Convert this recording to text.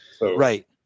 Right